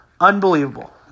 Unbelievable